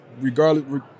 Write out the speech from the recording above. regardless –